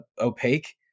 opaque